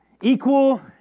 Equal